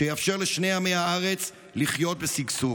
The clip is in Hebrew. שיאפשר לשני עמי הארץ לחיות בשגשוג.